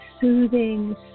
soothing